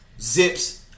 Zips